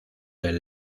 del